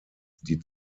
die